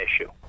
issue